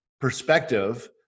perspective